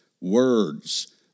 words